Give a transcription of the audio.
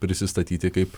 prisistatyti kaip